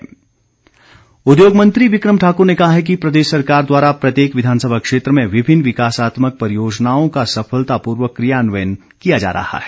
बिक्रम ठाकुर उद्योग मंत्री बिक्रम ठाकुर ने कहा है कि प्रदेश सरकार द्वारा प्रत्येक विधानसभा क्षेत्र में विभिन्न विकासात्मक परियोजनाओं का सफलतापूर्वक क्रियान्वयन किया जा रहा है